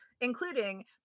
including